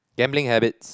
gambling habits